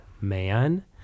man